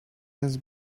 his